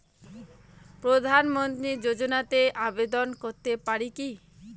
প্রধানমন্ত্রী যোজনাতে আবেদন করতে পারি কি?